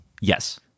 Yes